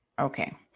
okay